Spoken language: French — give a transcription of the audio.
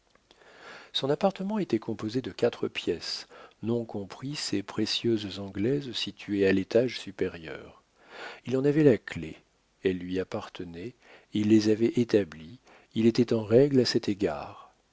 son appartement était composé de quatre pièces non compris ses précieuses anglaises situées à l'étage supérieur il en avait la clef elles lui appartenaient il les avait établies il était en règle à cet égard